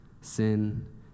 sin